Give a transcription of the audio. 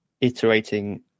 iterating